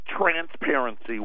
transparency